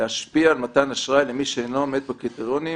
להשפיע על מתן אשראי למי שאינו עומד בקריטריונים